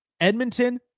Edmonton